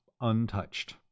untouched